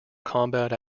combat